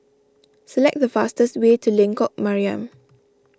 select the fastest way to Lengkok Mariam